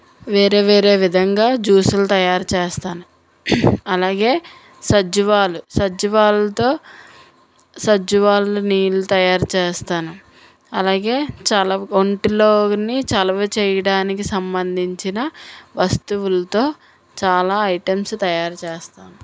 వేరే వేరే విధంగా జ్యూసులు తయారు చేస్తాను అలాగే సజ్జువాలు సజ్జువాలతో సజ్జువాలు నీళ్ళు తయారు చేస్తాను అలాగే చాలా ఒంటిలోని చలవ చేయడానికి సంబంధించిన వస్తువుల్తో చాలా ఐటమ్సు తయారు చేస్తాను